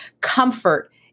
comfort